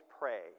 pray